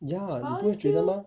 ya 你不会觉得吗